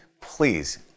please